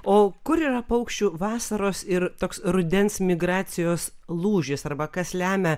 o kur yra paukščių vasaros ir toks rudens migracijos lūžis arba kas lemia